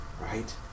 right